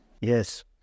Yes